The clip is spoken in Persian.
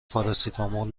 پاراسیتامول